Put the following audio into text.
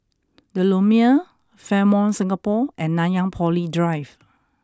the Lumiere Fairmont Singapore and Nanyang Poly Drive